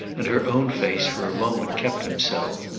and her own face for a moment kept him so.